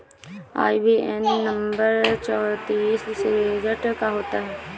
IBAN number चौतीस digit का होता है